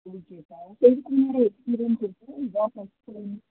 ஓகேக்கா இதுக்கு முன்னாடி எக்ஸ்பீரியன்ஸ் இருக்கா இதான் ஃபர்ஸ்ட் டைம்